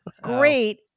great